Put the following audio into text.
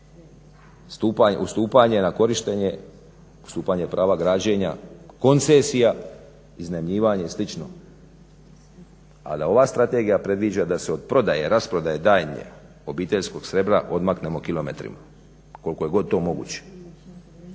ustupanje na korištenje ustupanje prava građenja, koncesija, iznajmljivanje i slično, a da ova strategija predviđa da se od prodaje, rasprodaje daljnjeg obiteljskog srebra odmaknemo kilometrima koliko je god to moguće.